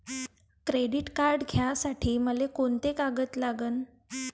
Credit card घ्यासाठी मले कोंते कागद लागन?